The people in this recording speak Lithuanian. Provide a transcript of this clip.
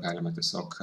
galime tiesiog